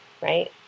right